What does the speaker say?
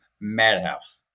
madhouse